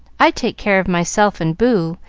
i take care of myself and boo,